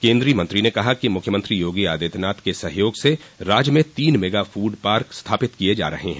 केन्द्रीय मंत्री ने कहा कि मुख्यमंत्री योगी आदित्यनाथ के सहयोग से राज्य में तीन मेगा फूड पार्क स्थापित किये जा रहे हैं